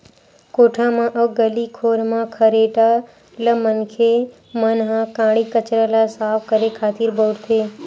कोठा म अउ गली खोर म खरेटा ल मनखे मन ह काड़ी कचरा ल साफ करे खातिर बउरथे